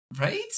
Right